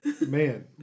man